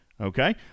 Okay